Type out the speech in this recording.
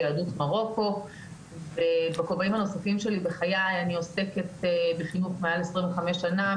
יהדות מרוקו ובכובעים הנוספים שלי בחיי אני עוסקת בחינוך מעל 25 שנה,